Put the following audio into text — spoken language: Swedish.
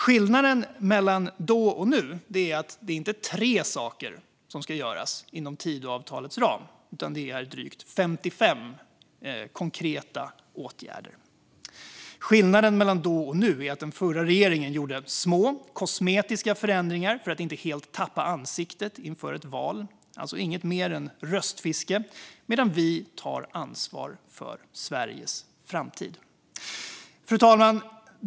Skillnaden mellan då och nu är att det inte är 3 saker som ska göras inom Tidöavtalets ram, utan drygt 55 konkreta åtgärder. Skillnaden mellan då och nu är att den förra regeringen gjorde små kosmetiska förändringar för att inte helt tappa ansiktet inför ett val - det var alltså inget annat än röstfiske - medan vi tar ansvar för Sveriges framtid. Fru talman!